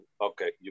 Okay